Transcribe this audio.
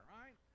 right